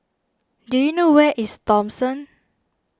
do you know where is Thomson